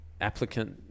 applicant